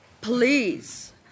please